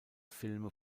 filme